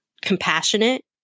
compassionate